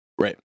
Right